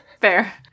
Fair